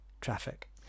traffic